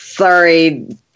Sorry